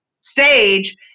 stage